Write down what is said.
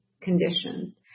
condition